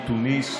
מתוניס,